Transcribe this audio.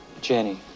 Jenny